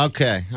Okay